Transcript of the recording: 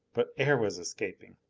but air was escaping!